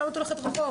למה את הולכת רחוק,